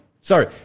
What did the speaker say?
sorry